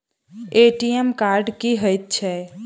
ATM card की हएत छै?